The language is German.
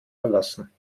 verlassen